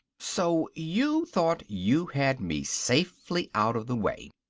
so you thought you had me safely out of the way.